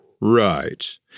Right